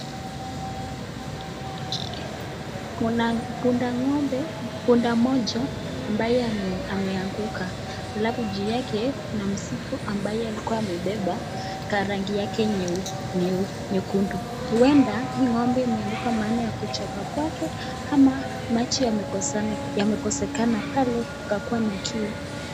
Kuna punda ng'ombe punda mmoja ambaye ameanguka, alafu juu yake kuna msiko ambaye alikuwa amebeba karangi yake nyekundu. Huenda hii ng'ombe imeanguka maana ya kuchoka kwake ama maji yamekosekana pale ukakuwa na kiu.